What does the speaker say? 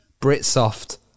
Britsoft